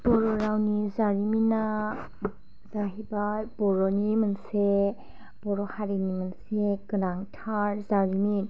बर' रावनि जारिमिना जाहैबाय गोदोनि मोनसे बर' हारिनि मोनसे गोनांथार जारिमिन